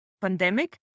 pandemic